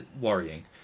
worrying